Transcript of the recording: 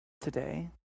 today